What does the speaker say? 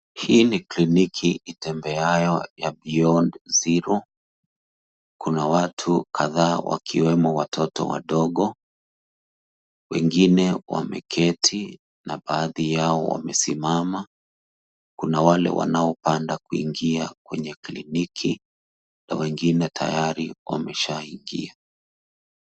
Hii ni kliniki itembeayo ya beyond zero .Kuna watu kadhaa wakiwemo watoto wadogo. Wengine wameketi na na baadhi wamesimama, kuna wale ambao wanapanda kuingia kwenye kliniki na wengine tayari wameshaaingia.